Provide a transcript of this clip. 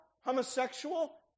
Homosexual